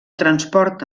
transport